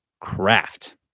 craft